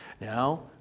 Now